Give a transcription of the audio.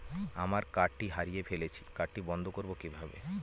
আমার কার্ডটি হারিয়ে ফেলেছি কার্ডটি বন্ধ করব কিভাবে?